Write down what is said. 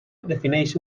defineix